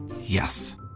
Yes